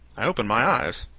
i opened my eyes.